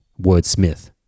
wordsmith